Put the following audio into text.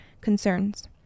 concerns